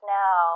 now